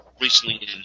recently